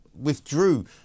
withdrew